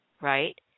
Right